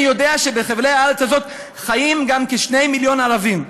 אני יודע שבחבלי הארץ חיים גם כ-2 מיליון ערבים,